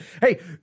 Hey